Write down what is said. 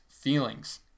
feelings